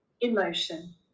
emotion